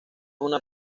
una